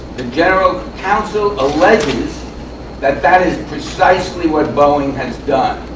the general counsel alleges that that is precisely what boeing has done.